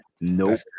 nope